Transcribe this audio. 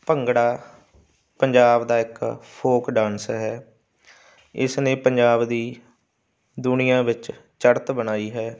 ਭੰਗੜਾ ਪੰਜਾਬ ਦਾ ਇੱਕ folk dance ਹੈ ਇਸ ਨੇ ਪੰਜਾਬ ਦੀ ਦੁਨੀਆਂ ਵਿੱਚ ਚੜ੍ਹਤ ਬਣਾਈ ਹੈ